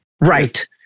right